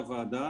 תודה רבה לכם.